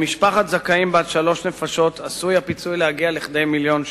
למשפחת זכאים בת שלוש נפשות עשוי הפיצוי להגיע לכדי מיליון שקל.